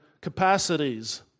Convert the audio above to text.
capacities